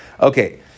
Okay